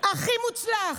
הכי מוצלח,